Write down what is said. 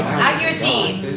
Accuracy